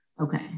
Okay